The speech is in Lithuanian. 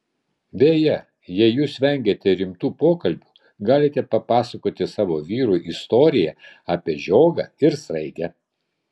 beje jei jūs vengiate rimtų pokalbių galite papasakoti savo vyrui istoriją apie žiogą ir sraigę